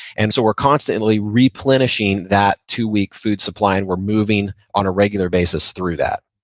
and so we're constantly replenishing that two-week food supply, and we're moving on a regular basis through that